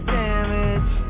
damage